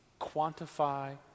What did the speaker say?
quantify